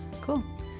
Cool